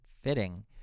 fitting